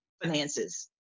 finances